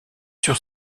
sur